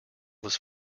was